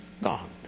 God